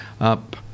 Up